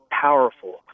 powerful